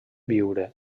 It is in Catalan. biure